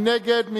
מי נגד?